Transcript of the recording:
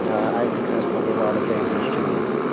i think i was probably a rather dangerous child.